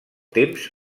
temps